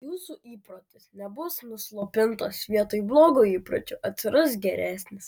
jūsų įprotis nebus nuslopintas vietoj blogo įpročio atsiras geresnis